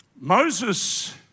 Moses